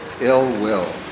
ill-will